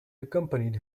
accompanied